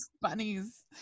Bunnies